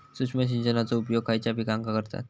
सूक्ष्म सिंचनाचो उपयोग खयच्या पिकांका करतत?